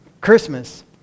Christmas